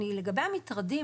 לגבי המטרדים,